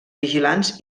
vigilants